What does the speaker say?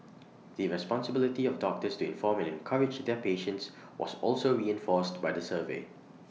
the responsibility of doctors to inform and encourage their patients was also reinforced by the survey